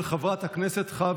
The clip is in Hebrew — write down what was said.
של חבר הכנסת אלמוג כהן.